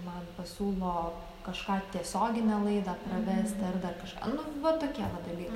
man pasiūlo kažką tiesioginę laidą pravesti ar dar kažką nu va tokie va dalykai